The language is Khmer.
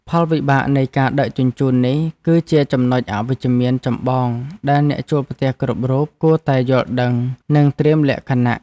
ផលវិបាកនៃការដឹកជញ្ជូននេះគឺជាចំណុចអវិជ្ជមានចម្បងដែលអ្នកជួលផ្ទះគ្រប់រូបគួរតែយល់ដឹងនិងត្រៀមលក្ខណៈ។